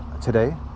today